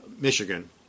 Michigan